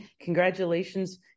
congratulations